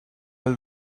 will